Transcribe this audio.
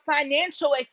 financial